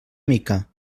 mica